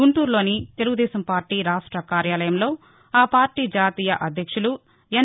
గుంటూరులోని తెలుగుదేశం పార్టీ రాష్ట కార్యాలయంలో ఆ పార్టీ జాతీయ అధ్యక్షులు ఎన్